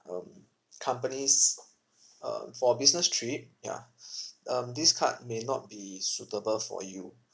um company's uh for business trip ya um this card may not be suitable for you